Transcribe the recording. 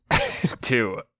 Two